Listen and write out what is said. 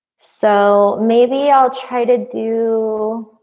so maybe i'll try to do,